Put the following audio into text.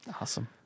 Awesome